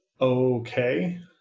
Okay